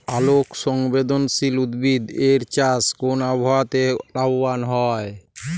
আলোক সংবেদশীল উদ্ভিদ এর চাষ কোন আবহাওয়াতে লাভবান হয়?